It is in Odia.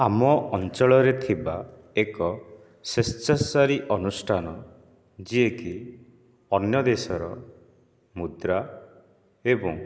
ଆମ ଅଞ୍ଚଳରେ ଥିବା ଏକ ସ୍ବେଚ୍ଛାଚାରୀ ଅନୁଷ୍ଠାନ ଯିଏକି ଅନ୍ୟ ଦେଶର ମୁଦ୍ରା ଏବଂ